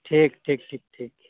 ᱴᱷᱤᱠ ᱴᱷᱤᱠ ᱴᱷᱤᱠ ᱴᱷᱤᱠ